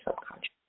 subconscious